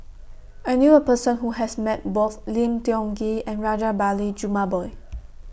I knew A Person Who has Met Both Lim Tiong Ghee and Rajabali Jumabhoy